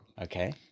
Okay